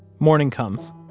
morning comes.